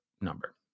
number